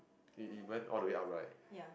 it it went all the way up right